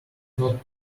not